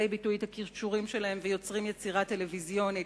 ביטוי את הכישורים שלהם ויוצרים יצירה טלוויזיונית.